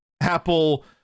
Apple